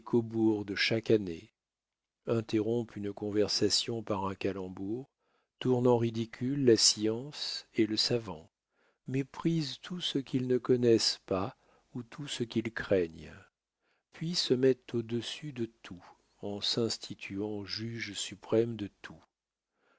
de chaque année interrompent une conversation par un calembour tournent en ridicule la science et le savant méprisent tout ce qu'ils ne connaissent pas ou tout ce qu'ils craignent puis se mettent au-dessus de tout en s'instituant juges suprêmes de tout